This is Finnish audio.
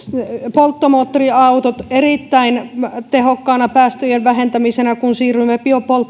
polttomoottoriautot erittäin tehokkaana päästöjen vähentämisenä kun siirrymme